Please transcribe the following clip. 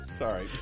Sorry